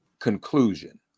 conclusion